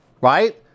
right